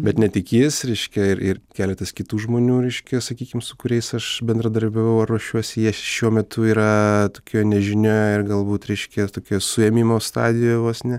bet ne tik jis reiškia ir ir keletas kitų žmonių reiškia sakykim su kuriais aš bendradarbiavau ar ruošiuosi jie šiuo metu yra tokioj nežinioj ir galbūt reiškia tokioj suėmimo stadijoj vos ne